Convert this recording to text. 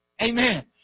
Amen